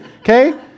okay